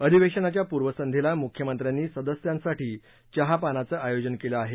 अधिवेशनाच्या पूर्वसंघ्येला मुख्यमंत्र्यांनी सदस्यांसाठी चहापानाचं आयोजन केलं आहे